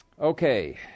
okay